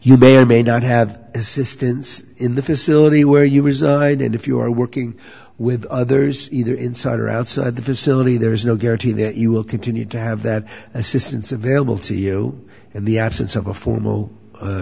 you may or may not have assistance in the facility where you reside and if you are working with others either inside or outside the facility there is no guarantee that you will continue to have that assistance available to you in the absence of a formal